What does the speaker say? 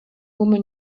woman